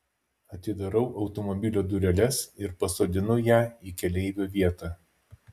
atidarau automobilio dureles ir pasodinu ją į keleivio vietą